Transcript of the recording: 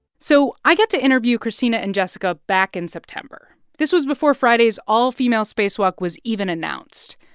so i got to interview christina and jessica back in september. this was before friday's all-female spacewalk was even announced.